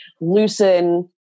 loosen